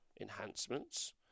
enhancements